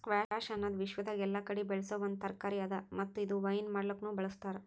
squash ಅನದ್ ವಿಶ್ವದಾಗ್ ಎಲ್ಲಾ ಕಡಿ ಬೆಳಸೋ ಒಂದ್ ತರಕಾರಿ ಅದಾ ಮತ್ತ ಇದು ವೈನ್ ಮಾಡ್ಲುಕನು ಬಳ್ಸತಾರ್